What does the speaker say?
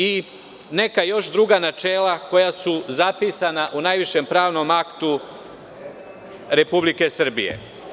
I još neka druga načela koja su zapisana u najvišem pravnom aktu Republike Srbije.